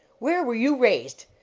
where were you raised?